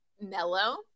mellow